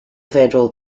funeral